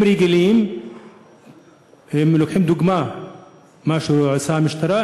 רגילים לוקחים דוגמה ממה שעושה המשטרה,